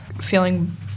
feeling